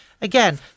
Again